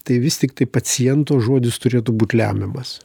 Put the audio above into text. tai vis tiktai paciento žodis turėtų būt lemiamas